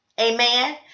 amen